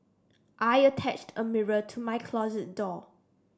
I attached a mirror to my closet door